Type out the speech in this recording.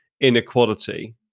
inequality